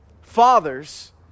fathers